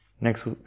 Next